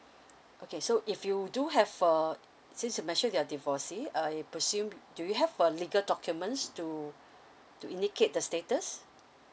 okay so if you do have a since you mentioned you're divorcee uh it presume do you have a legal documents to to indicate the status